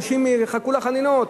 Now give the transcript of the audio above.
אנשים יחכו לחנינות,